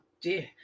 dear